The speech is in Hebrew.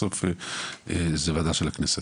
בסוף זו וועדה של הכנסת.